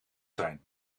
zijn